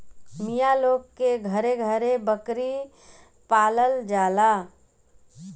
मिया लोग के घरे घरे बकरी पालल जाला